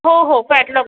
हो हो कॅटलॉग